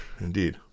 Indeed